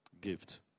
gift